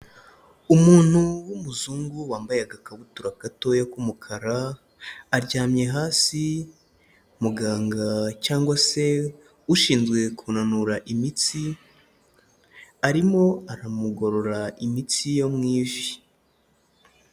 Umuntu w'umuzungu wambaye agakabutura gatoya k'umukara, aryamye hasi muganga cyangwa se ushinzwe kunanura imitsi arimo aramugorora imitsi yo mu ivi.